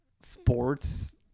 sports